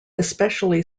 especially